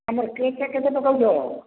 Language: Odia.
ଆମର ଚେକ୍ଟା କେବେ ପକଉଛ